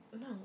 No